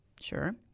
Sure